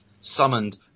summoned